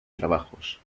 trabajos